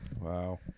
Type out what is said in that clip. Wow